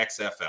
XFL